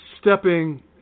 stepping